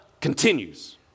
continues